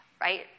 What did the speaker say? right